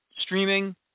streaming